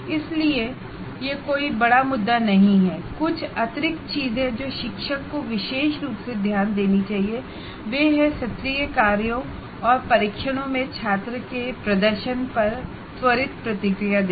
इसलिए यह कोई बड़ा मुद्दा नहीं है कुछ अतिरिक्त चीजें जो शिक्षकों को विशेष रूप से ध्यान देनी चाहिए वह है असाइनमेंट और टेस्ट्स में छात्र के प्रदर्शन पर शीघ्र फीडबैक देना